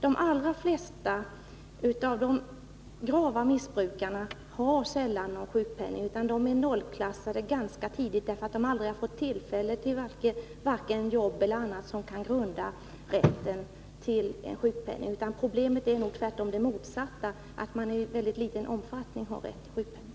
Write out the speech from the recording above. De allra flesta av de grava missbrukarna har ingen sjukpenning. De är nollklassade ganska tidigt, därför att de aldrig har fått tillfälle till ett jobb som grundar rätten till sjukpenning. Problemet är nog det motsatta — det är få som har rätt till sjukpenning.